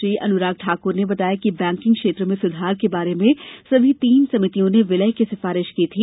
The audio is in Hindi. श्री अनुराग ठाक्र ने बताया कि बैंकिंग क्षेत्र में सुधार के बारे में सभी तीन समितियों ने विलय की सिफारिश की थी